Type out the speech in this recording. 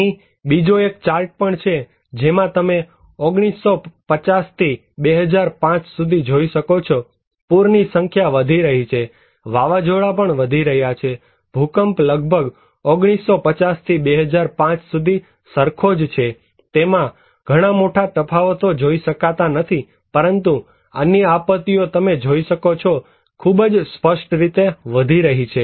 અહીં બીજો એક ચાર્ટ પણ છે જેમાં તમે 1950 થી 2005 સુધી જોઈ શકો છો પુર ની સંખ્યા વધી રહી છે વાવાઝોડા પણ વધી રહ્યા છે ભૂકંપ લગભગ 1950 થી 2005 સુધી સરખો જ છે તેમાં ઘણા મોટા તફાવતો જોઈ શકાતા નથી પરંતુ અન્ય આપત્તિઓ તમે જોઈ શકો છો કે ખૂબ જ સ્પષ્ટ રીતે વધી રહી છે